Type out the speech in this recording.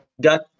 got